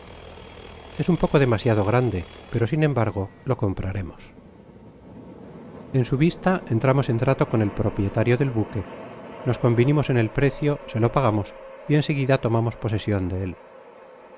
es un poco demasiado grande pero sin embargo lo compraremos en su vista entramos en trato con el propietario del buque nos convinimos en el precio se lo pagamos y en seguida tomamos posesion de él